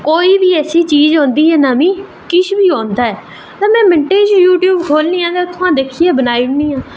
कोई बी ऐसी चीज़ होंदी ऐ नमीं किश बी होंदा ऐ ते में यूट्यूब खोह्लनी आं ते रुट्टी बनानी आं